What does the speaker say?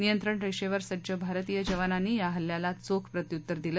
नियंत्रण रेषेवर सज्ज भारतीय जवानांनी या हल्ल्याला चोख प्रत्युत्तर दिलं